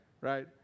right